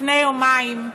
לפני יומיים,